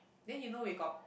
then you know we got